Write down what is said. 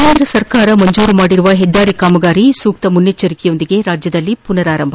ಕೇಂದ್ರ ಸರ್ಕಾರ ಮಂಜೂರು ಮಾಡಿರುವ ಹೆದ್ದಾರಿ ಕಾಮಗಾರಿ ಸೂಕ್ತ ಮುನ್ನೆಚ್ಚರಿಕೆಯೊಂದಿಗೆ ರಾಜ್ಯದಲ್ಲಿ ಪುನರಾರಂಭ